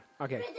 Okay